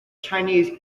chinese